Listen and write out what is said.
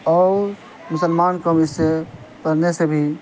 اور مسلمان قوم اس سے پڑھنے سے بھی